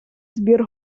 збір